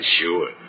sure